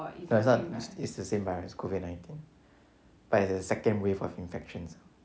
no it's not it's the same virus COVID nineteen but is the second wave of infections